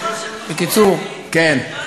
בקיצור, כן.